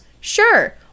sure